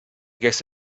guess